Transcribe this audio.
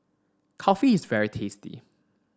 kulfi is very tasty